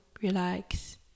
relax